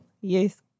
Yes